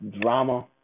drama